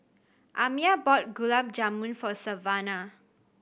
Amiah bought Gulab Jamun for Savana